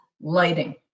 Lighting